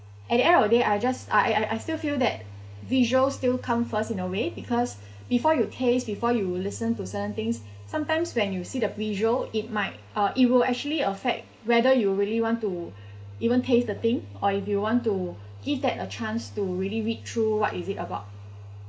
at the end of the day I just I I still feel that visual still come first in a way because before your taste before you listen to certain things sometimes when you see the visual it might uh it will actually affect whether you really want to even taste the thing or if you want to give that a chance to really read through what is it about